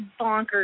bonkers